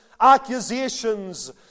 accusations